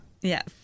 Yes